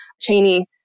Cheney